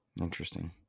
interesting